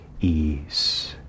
ease